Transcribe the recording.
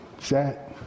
Zach